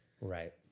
Right